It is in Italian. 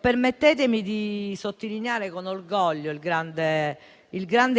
Permettetemi di sottolineare con orgoglio il grande